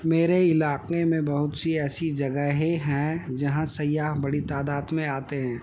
میرے علاقے میں بہت سی ایسی جگہیں ہیں جہاں سیاح بڑی تعداد میں آتے ہیں